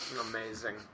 Amazing